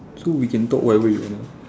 so we can talk whatever we want